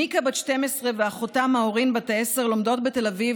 מיקה בת ה-12 ואחותה מאורין בת העשר לומדות בתל אביב,